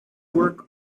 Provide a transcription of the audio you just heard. work